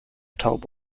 taube